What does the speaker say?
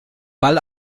ball